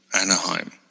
Anaheim